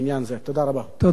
תודה רבה.